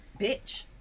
bitch